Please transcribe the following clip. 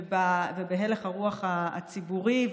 וגם בהלך הרוח הציבורי.